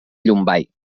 llombai